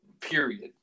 period